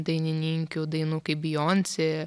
dainininkių dainų kaip bijonsė